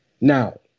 Now